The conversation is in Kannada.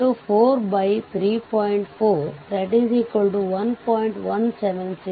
ಆದ್ದರಿಂದ ಅನೇಕ ಸರ್ಕ್ಯೂಟ್ಗಳು ಪರಿಹರಿಸಲ್ಪಟ್ಟಿವೆ ಮತ್ತು ಆದ್ದರಿಂದ ವೋಲ್ಟೇಜ್ ಯಾವುದು ಎಂಬುದನ್ನು ನೀವು ಸುಲಭವಾಗಿ ಕಂಡುಹಿಡಿಯಬಹುದು